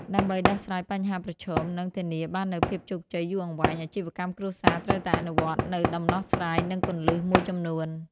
ដើម្បីដោះស្រាយបញ្ហាប្រឈម និងធានាបាននូវភាពជោគជ័យយូរអង្វែង អាជីវកម្មគ្រួសារត្រូវតែអនុវត្តនូវដំណោះស្រាយ និងគន្លឹះមួយចំនួន។